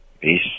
Peace